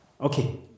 Okay